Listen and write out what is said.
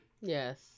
Yes